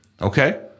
Okay